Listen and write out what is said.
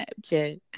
Snapchat